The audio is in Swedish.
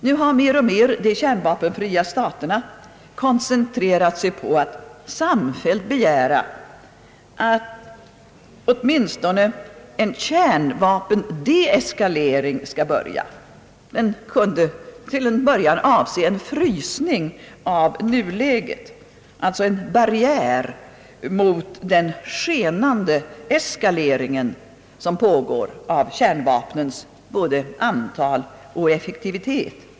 Nu har mer och mer de kärnvapenfria staterna koncentrerat sig på att samfällt begära åtminstone en kärnvapendeeskalering, som till en början kunde avse en frysning av nuläget och alltså utgöra en barriär mot den skenande eskaleringen av kärnvapnens både antal och effektivitet.